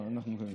לו חמש דקות.